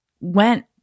went